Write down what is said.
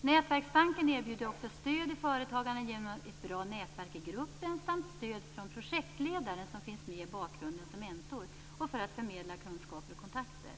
Nätverksbanken erbjuder också stöd i företagande genom ett bra nätverk i gruppen samt stöd från projektledaren som finns med i bakgrunden som mentor och för att förmedla kunskaper och kontakter.